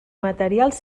materials